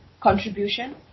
contribution